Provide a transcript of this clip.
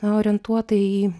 orientuota į